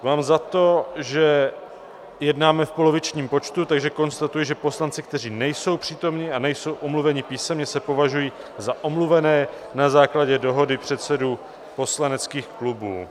Mám za to, že jednáme v polovičním počtu, takže konstatuji, že poslanci, kteří nejsou přítomni a nejsou omluveni písemně, se považují za omluvené na základě dohody předsedů poslaneckých klubů.